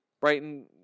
Brighton